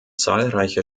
zahlreiche